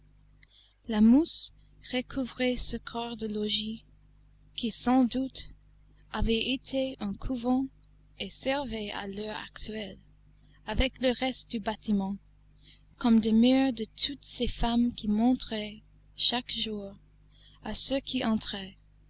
la mousse recouvrait ce corps de logis qui sans doute avait été un couvent et servait à l'heure actuelle avec le reste du bâtiment comme demeure de toutes ces femmes qui montraient chaque jour à ceux qui entraient